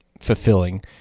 fulfilling